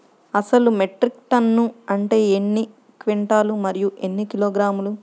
అసలు metric ton అంటే ఎన్ని క్వింటాలు మరియు ఎన్ని కిలోగ్రాములు?